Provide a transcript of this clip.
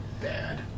Bad